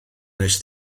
nes